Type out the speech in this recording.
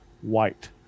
White